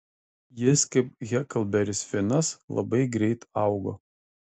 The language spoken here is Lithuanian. jis kaip heklberis finas labai greit augo